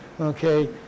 Okay